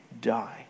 die